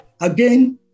Again